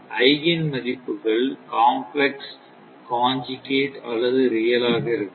eigen மதிப்புகள் complex conjugate அல்லது real ஆக இருக்கலாம்